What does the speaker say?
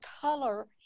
color